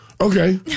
Okay